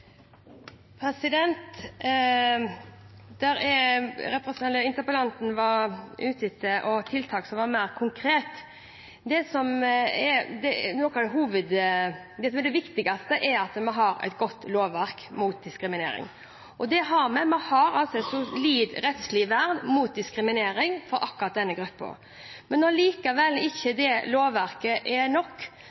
Interpellanten var ute etter mer konkrete tiltak. Det som er det viktigste, er at vi har et godt lovverk mot diskriminering, og det har vi. Vi har et solid rettslig vern mot diskriminering for akkurat denne gruppa. Men når det lovverket ikke er nok,